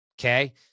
Okay